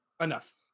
enough